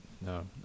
No